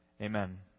Amen